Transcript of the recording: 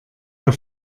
der